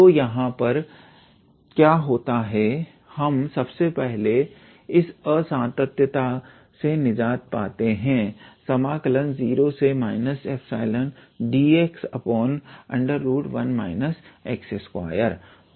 तो यहां पर क्या होता है हम सबसे पहले इस असांतत्यता से निजात पाते हैं 01 ∈dx1 x2